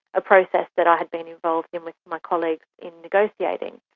a process that i had been involved in with my colleagues in negotiating,